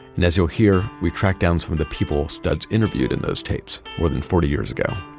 and as you'll hear, we tracked down some of the people studs interviewed in those tapes more than forty years ago